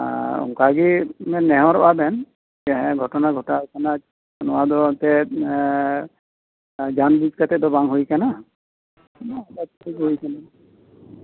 ᱟᱨ ᱚᱱᱠᱟ ᱜᱮ ᱱᱮᱦᱚᱨᱚᱜᱼᱟ ᱵᱮᱱ ᱜᱷᱚᱴᱟᱱᱟ ᱜᱷᱚᱴᱟᱣ ᱠᱟᱱᱟ ᱱᱚᱣᱟ ᱫᱚ ᱮᱱᱛᱮᱫ ᱡᱟᱱᱵᱩᱡ ᱠᱟᱛᱮ ᱫᱚ ᱵᱚᱝ ᱦᱩᱭ ᱠᱟᱱᱟ ᱟᱪᱠᱟ ᱜᱮ ᱦᱩᱭ ᱟᱠᱟᱱᱟ